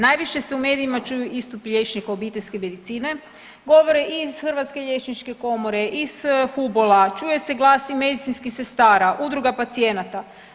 Najviše se u medijima čuju istupi liječnika obiteljske medicine, govore i iz Hrvatske liječnike komore, iz HUBOL-a, čuje se glas i medicinskih sestara, udruga pacijenata.